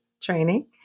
training